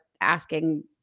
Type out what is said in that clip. asking